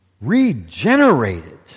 Regenerated